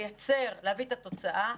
לייצר, להביא את התוצאה,